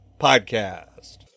Podcast